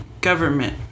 government